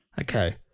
Okay